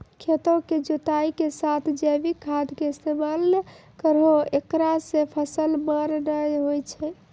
खेतों के जुताई के साथ जैविक खाद के इस्तेमाल करहो ऐकरा से फसल मार नैय होय छै?